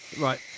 Right